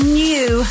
new